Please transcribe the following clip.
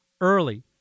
early